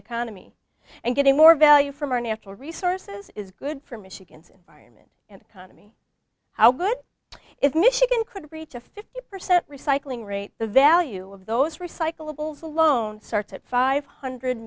economy and getting more value from our natural resources is good for michigan's environment and ana me how good if michigan could reach a fifty percent recycling rate the value of those recyclables alone starts at five hundred